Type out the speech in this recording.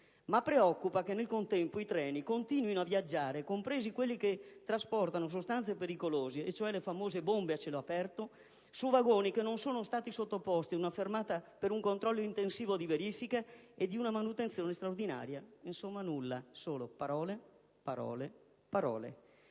ma preoccupa che nel contempo i treni continuino a viaggiare, compresi quelli che trasportano sostanze pericolose, e cioè le famose bombe a cielo aperto, su vagoni che non sono stati sottoposti ad una fermata per un controllo intensivo di verifiche e di manutenzione straordinaria. Insomma nulla, solo parole... parole, parole.